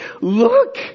look